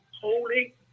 holy